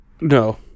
No